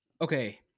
Okay